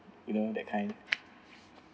you know that kind